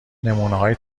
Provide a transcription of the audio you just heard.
نمونههای